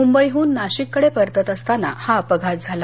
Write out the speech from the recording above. मुंबईहून नाशिककडे परतत असताना हा अपघात झाला